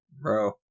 Bro